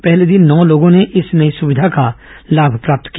पहले दिन नौ लोगों ने इस नई सुविधा का लाभ प्राप्त किया